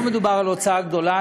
לא מדובר בהוצאה גדולה,